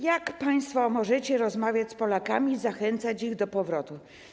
Jak państwo możecie rozmawiać z Polakami i zachęcać ich do powrotu?